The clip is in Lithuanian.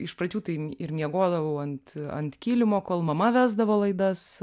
iš pradžių tai ir miegodavau ant ant kilimo kol mama vesdavo laidas